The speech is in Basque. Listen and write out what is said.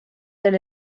den